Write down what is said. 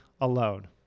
alone